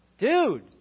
Dude